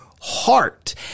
heart